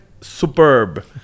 superb